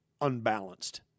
unbalanced